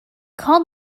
called